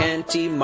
Anti